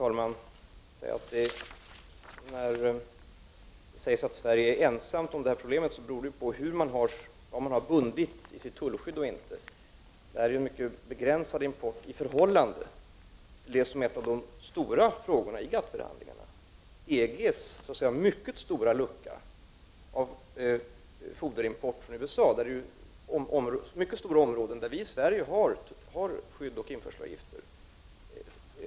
Herr talman! När det sägs att Sverige är ensamt om problemet, beror detta på vad man har bundit i tullskyddet. Detta utgör en begränsad import i förhållande till det som är en av de stora frågorna i GATT-förhandlingarna. EG har en stor lucka när det gäller foderimport från USA. Här finns det stora områden där Sverige har skydd och införselavgifter.